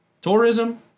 tourism